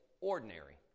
ordinary